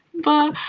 but.